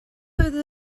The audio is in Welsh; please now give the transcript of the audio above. oedd